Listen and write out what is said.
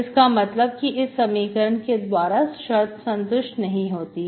इसका मतलब कि इस समीकरण के द्वारा शर्त संतुष्ट नहीं होती है